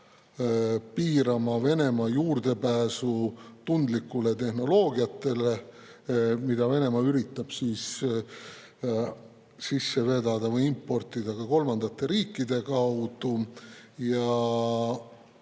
piirama Venemaa juurdepääsu tundlikule tehnoloogiale, mida Venemaa üritab sisse vedada või importida ka kolmandate riikide kaudu, ja